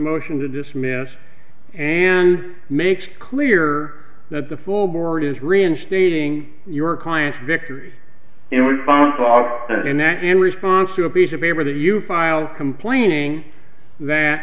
motion to dismiss and makes clear that the full board is reinstating your client's victories in order and that in response to a piece of paper that you filed complaining that